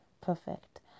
perfect